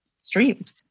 streamed